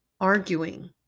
arguing